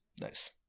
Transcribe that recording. Nice